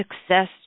success